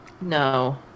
No